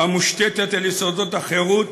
המושתתת על יסודות החירות,